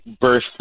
birth